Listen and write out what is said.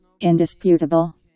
Indisputable